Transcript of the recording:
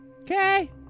Okay